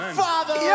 father